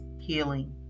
healing